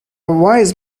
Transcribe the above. wise